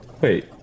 Wait